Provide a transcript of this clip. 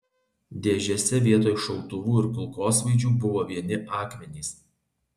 dėžėse vietoj šautuvų ir kulkosvaidžių buvo vieni akmenys